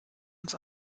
uns